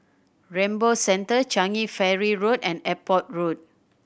Rainbow Centre Changi Ferry Road and Airport Road